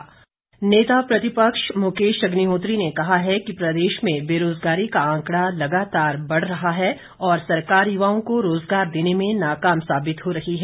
मुकेश अग्निहोत्री नेता प्रतिपक्ष मुकेश अग्निहोत्री ने कहा है कि प्रदेश में बेरोजगारी का आंकड़ा लगातार बढ़ रहा है और सरकार युवाओं को रोजगार देने में नाकाम साबित हो रही है